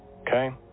Okay